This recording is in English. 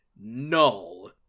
Null